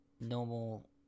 normal